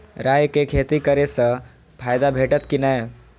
राय के खेती करे स फायदा भेटत की नै?